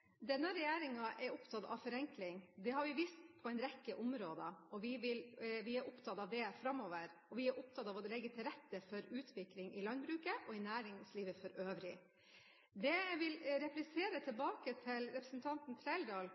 Denne regjeringen er opptatt av forenkling, det har vi vist på en rekke områder. Vi vil være opptatt av det framover, og vi er opptatt av å legge til rette for utvikling i landbruket og i næringslivet for øvrig. Det jeg vil replisere tilbake til representanten